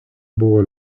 buvo